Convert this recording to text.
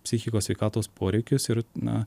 psichikos sveikatos poreikius ir na